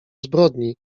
zbrodni